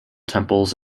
temples